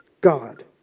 God